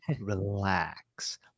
relax